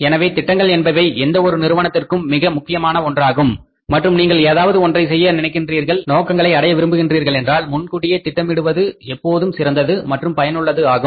எனவே திட்டங்கள் என்பவை எந்த ஒரு நிறுவனத்துக்கும் மிக முக்கியமான ஒன்றாகும் மற்றும் நீங்கள் ஏதாவது ஒன்றை செய்ய நினைக்கின்றீர்கள் நோக்கங்களை அடைய விரும்புகின்றீர்கள் என்றால் முன்கூட்டியே திட்டமிடுவது எப்போதும் சிறந்தது மற்றும் பயனுள்ளது ஆகும்